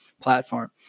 platform